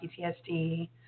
PTSD